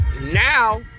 now